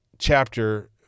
chapter